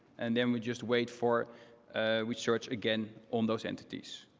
and then we just wait for we search, again, on those entities.